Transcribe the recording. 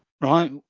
Right